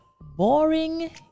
boring